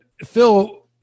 Phil